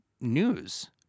news